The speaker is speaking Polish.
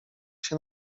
się